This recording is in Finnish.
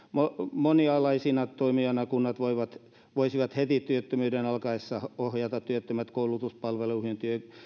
monialaisina toimijoina kunnat voisivat heti työttömyyden alkaessa ohjata työttömät koulutuspalveluihin